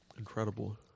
incredible